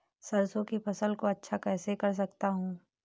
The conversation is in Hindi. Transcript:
सरसो की फसल को अच्छा कैसे कर सकता हूँ?